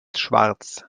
schwarz